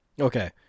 Okay